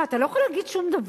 מה, אתה לא יכול להגיד שום דבר?